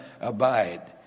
abide